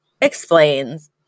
explains